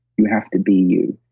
you have to be you.